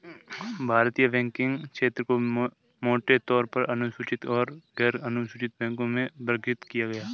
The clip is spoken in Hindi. भारतीय बैंकिंग क्षेत्र को मोटे तौर पर अनुसूचित और गैरअनुसूचित बैंकों में वर्गीकृत किया है